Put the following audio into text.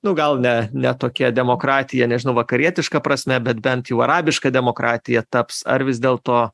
nu gal ne ne tokia demokratija nežinau vakarietiška prasme bet bent jau arabiška demokratija taps ar vis dėl to